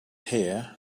here